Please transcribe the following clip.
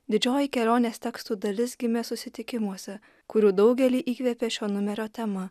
didžioji kelionės tekstų dalis gimė susitikimuose kurių daugelį įkvėpė šio numerio tema